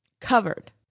covered